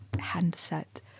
handset